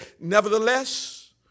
nevertheless